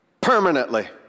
Permanently